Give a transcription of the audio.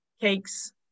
cakes